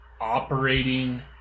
operating